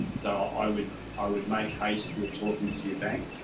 so i would i would make haste we're talking to your bank